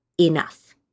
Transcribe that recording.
enough